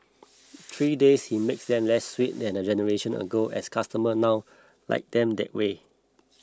three days he makes them less sweet than a generation ago as customers now like them that way